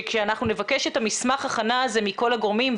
שכשאנחנו נבקש את מסמך ההכנה הזה מכל הגורמים,